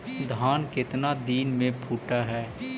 धान केतना दिन में फुट है?